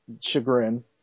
chagrin